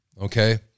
okay